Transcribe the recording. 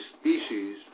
species